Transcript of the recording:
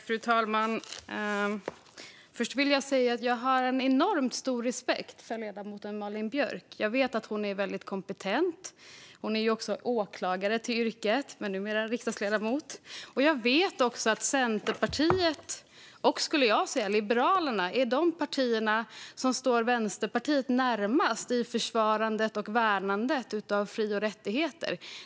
Fru talman! Först vill jag säga att jag har enormt stor respekt för ledamoten Malin Björk. Jag vet att hon är väldigt kompetent. Hon är också åklagare till yrket men numera riksdagsledamot. Jag vet också att Centerpartiet och, skulle jag säga, Liberalerna är de partier som står Vänsterpartiet närmast i försvarandet och värnandet av fri och rättigheter.